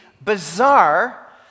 bizarre